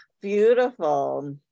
Beautiful